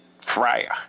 friar